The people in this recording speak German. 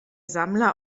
sammler